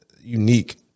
unique